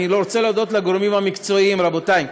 אני רוצה להודות לגורמים המקצועיים, רבותי.